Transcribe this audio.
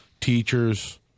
teachers